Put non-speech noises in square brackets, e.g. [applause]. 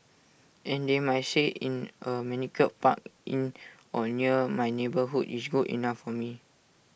and they might say in A manicured park [noise] in or near my neighbourhood is good enough for me